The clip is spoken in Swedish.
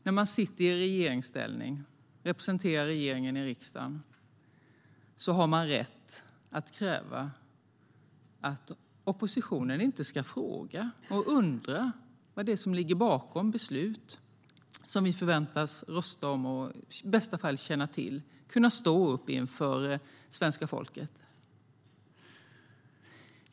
När man sitter i regeringsställning och representerar regeringen i riksdagen, har man då rätt att kräva att oppositionen inte ska fråga eller undra vad det är som ligger bakom beslut som vi förväntas rösta om och i bästa fall känna till och kunna stå bakom inför svenska folket?